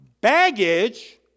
baggage